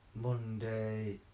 Monday